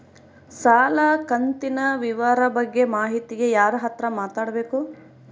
ಸಾಲ ಕಂತಿನ ವಿವರ ಬಗ್ಗೆ ಮಾಹಿತಿಗೆ ಯಾರ ಹತ್ರ ಮಾತಾಡಬೇಕು?